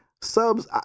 subs